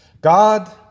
God